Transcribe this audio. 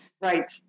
Right